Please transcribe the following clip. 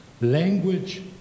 Language